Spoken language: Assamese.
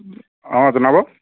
অঁ জনাব